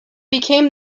became